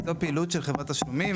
זו פעילות של חברת תשלומים.